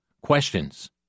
questions